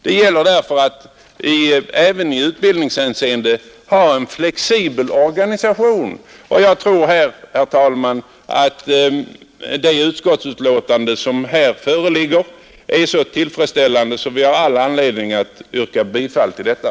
Det gäller därför att även i utbildningshänseende ha en flexibel organisation. Jag tror, herr talman, att det utskottsbetänkande som föreligger är så tillfredsställande att det finns all anledning att yrka bifall till detta.